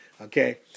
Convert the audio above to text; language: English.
Okay